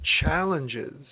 challenges